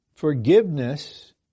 Forgiveness